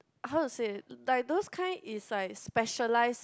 how to say like those kind is like specialise